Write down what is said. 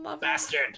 Bastard